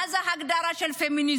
מה זו ההגדרה של פמיניזם.